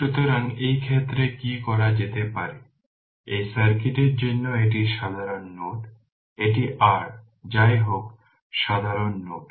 সুতরাং এই ক্ষেত্রে কি করা যেতে পারে এই সার্কিটের জন্য এটি সাধারণ নোড এটি r যাইহোক সাধারণ নোড